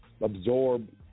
absorb